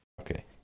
Okay